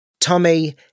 Tommy